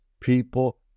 people